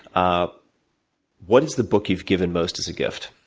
ah what is the book you've given most as a gift?